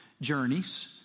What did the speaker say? journeys